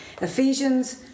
Ephesians